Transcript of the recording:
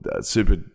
Super